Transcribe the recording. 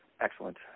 Excellent